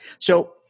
So-